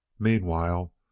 Meanwhile